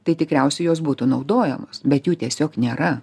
tai tikriausiai jos būtų naudojamos bet jų tiesiog nėra